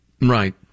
Right